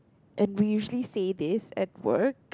and we usually say this at work